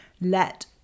let